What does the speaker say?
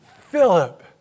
Philip